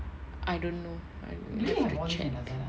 I don't know we have to check